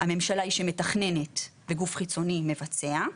הממשלה היא שמתכננת וגוף חיצוני מבצע.